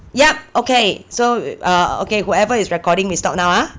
yup okay so err okay whoever is recording we stop now ah